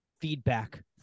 feedback